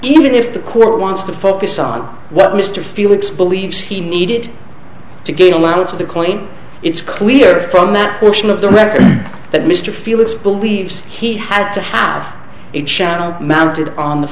even if the court wants to focus on what mr felix believes he needed to gain a lot of the claim it's clear from that portion of the record that mr felix believes he had to have a channel mounted on the